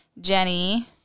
Jenny